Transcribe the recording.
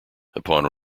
upon